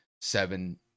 seven